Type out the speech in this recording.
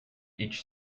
each